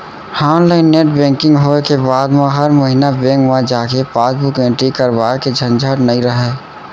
online net banking होय के बाद म हर महिना बेंक म जाके पासबुक एंटरी करवाए के झंझट नइ रहय